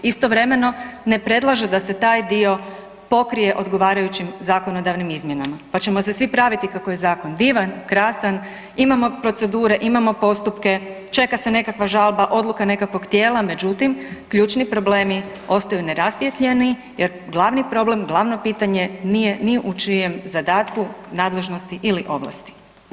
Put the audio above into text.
Istovremeno ne predlaže da se taj dio pokrije odgovarajućim zakonodavnim izmjenama, pa ćemo se svi praviti kako je zakon divan, krasan, imamo procedure, imamo postupke, čeka se nekakva žalba, odluka nekakvog tijela, međutim ključni problemi ostaju nerasvijetljeni jer glavni problem, glavno pitanje nije ni u čijem zadatku nadležnosti ili ovlasti.